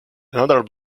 another